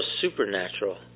supernatural